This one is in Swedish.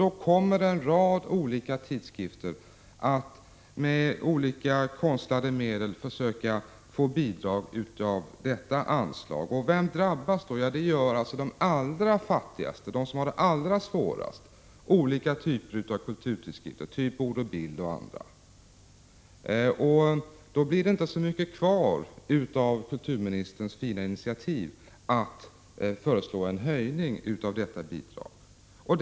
Då kommer nämligen en rad olika tidskrifter att med olika konstruerade medel försöka få bidrag genom detta anslag. Vilka kommer då att drabbas? Jo, de allra fattigaste tidskrifterna, de som har det allra svårast. Det är olika typer av kulturtidskrifter, såsom Ord och Bild m.fl. Då blir det inte så mycket kvar av kulturministerns fina initiativ att föreslå en höjning av bidraget till kulturtidskrifterna.